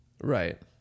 Right